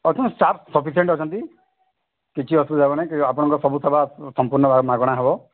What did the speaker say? ଆସନ୍ତୁ staff sufficient ଅଛନ୍ତି କିଛି ଅସୁବିଧା ହେବନି ଆପଣଙ୍କର ସବୁଥର ସମ୍ପୂର୍ଣ ଭାବରେ ମାଗଣା ହେବ